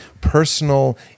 personal